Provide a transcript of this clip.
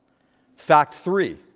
fact three,